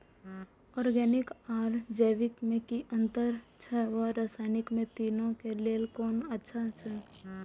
Organic आर जैविक में कि अंतर अछि व रसायनिक में तीनो क लेल कोन अच्छा अछि?